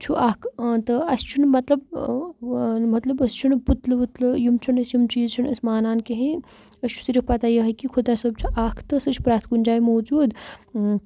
چھُ اَکھ تہٕ اَسہِ چھُنہٕ مطلب مطلب أسۍ چھُنہٕ پُتلہٕ وُتلہٕ یِم چھُنہٕ أسۍ یِم چیٖز چھُنہٕ أسۍ مانان کِہیٖنۍ أسۍ چھُ صرف پَتہ یِہٕے کہِ خُدا صٲب چھُ اَکھ تہٕ سُہ چھِ پرٛٮ۪تھ کُنہِ جایہِ موٗجوٗد